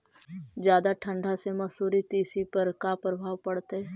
जादा ठंडा से मसुरी, तिसी पर का परभाव पड़तै?